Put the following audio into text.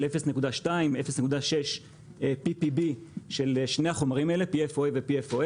של PPB 0.6-0.2 של שני החומרים האלה PFOA ו-PFOS